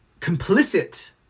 complicit